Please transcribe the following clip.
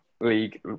League